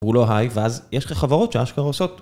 קראו לו היי, ואז יש לך חברות שאשכרה עושות